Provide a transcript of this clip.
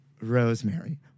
Rosemary